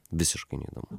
visiškai neįdomu